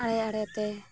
ᱟᱲᱮ ᱟᱲᱮ ᱛᱮ